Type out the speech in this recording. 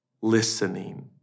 listening